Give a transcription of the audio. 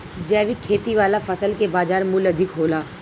जैविक खेती वाला फसल के बाजार मूल्य अधिक होला